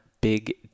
big